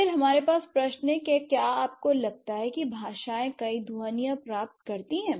फिर हमारे पास प्रश्न हैं कि क्या आपको लगता है कि भाषाएं नई ध्वनियाँ प्राप्त करती हैं